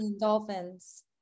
Dolphins